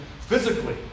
physically